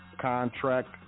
contract